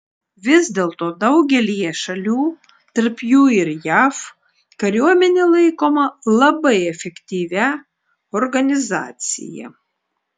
vis dėlto daugelyje šalių tarp jų ir jav kariuomenė laikoma labai efektyvia organizacija